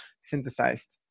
synthesized